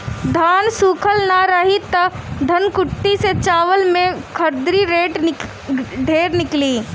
धान सूखल ना रही त धनकुट्टी से चावल में खुद्दी ढेर निकली